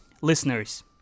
listeners